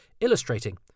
illustrating